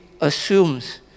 assumes